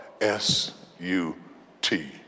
S-U-T